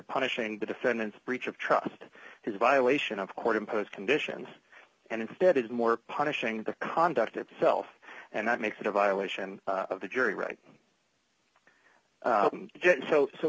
punishing the defendant's breach of trust is a violation of court imposed conditions and instead is more punishing the conduct itself and that makes it a violation of the jury right yet so so